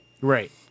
Right